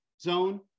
zone